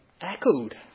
echoed